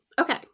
Okay